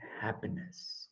happiness